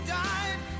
died